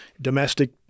domestic